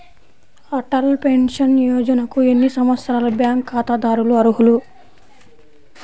Atal pension యోజనకు ఎన్ని సంవత్సరాల బ్యాంక్ ఖాతాదారులు అర్హులు?